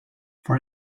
for